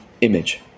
image